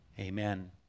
Amen